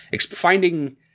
finding